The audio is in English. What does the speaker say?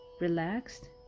relaxed